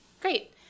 Great